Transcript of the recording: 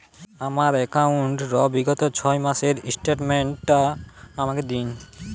আমার অ্যাকাউন্ট র বিগত ছয় মাসের স্টেটমেন্ট টা আমাকে দিন?